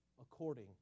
according